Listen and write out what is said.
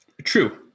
true